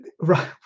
right